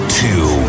two